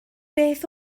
beth